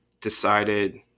decided